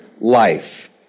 life